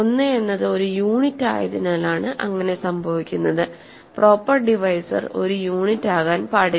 1 എന്നത് ഒരു യൂണിറ്റായതിനാലാണ് അങ്ങിനെ സംഭവിക്കുന്നത് പ്രോപ്പർ ഡിവൈസർ ഒരു യൂണിറ്റ് ആകാൻ പാടില്ല